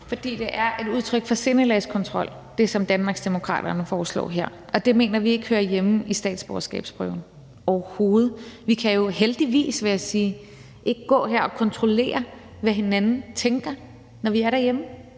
her, er et udtryk for sindelagskontrol, og det mener vi ikke hører hjemme i statsborgerskabsprøven overhovedet. Vi kan jo heldigvis, vil jeg sige, ikke gå her og kontrollere, hvad hinanden tænker, når vi er derhjemme